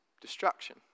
destruction